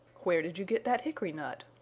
where did you get that hickory nut?